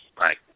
Right